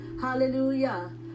Hallelujah